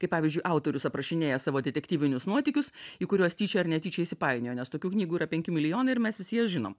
kai pavyzdžiui autorius aprašinėja savo detektyvinius nuotykius į kuriuos tyčia ar netyčia įsipainiojo nes tokių knygų yra penki milijonai ir mes visi jas žinom